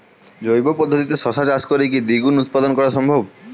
জৈব পদ্ধতিতে শশা চাষ করে কি দ্বিগুণ উৎপাদন করা সম্ভব?